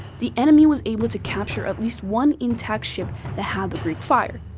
the enemy was able to capture at least one intact ship that had the greek fire.